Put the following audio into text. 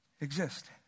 exist